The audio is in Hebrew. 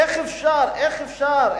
איך אפשר,